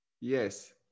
Yes